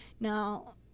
Now